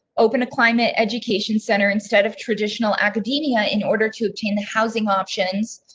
open a climate education center instead of traditional academia in order to obtain the housing options.